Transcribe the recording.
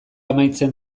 amaitzen